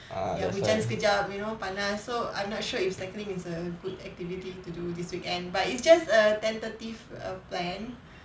hujan sekejap you know panas so I'm not sure if cycling is a good activity to do this weekend but it's just err tentative plan